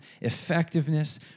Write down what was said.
effectiveness